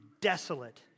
desolate